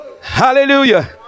Hallelujah